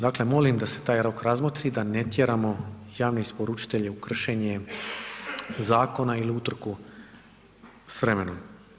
Dakle, molim da se taj rok razmotri i da ne tjeramo javne isporučitelje u kršenje zakona ili utrku s vremenom.